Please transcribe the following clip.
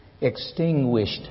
extinguished